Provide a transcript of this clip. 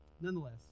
Nonetheless